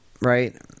right